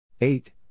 Eight